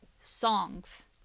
songs